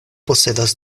posedas